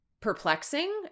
perplexing